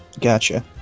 Gotcha